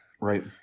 Right